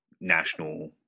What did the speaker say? national